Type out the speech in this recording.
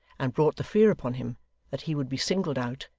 and brought the fear upon him that he would be singled out,